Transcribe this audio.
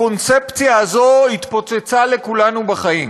הקונספציה הזאת התפוצצה לכולנו בפנים.